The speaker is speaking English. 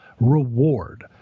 reward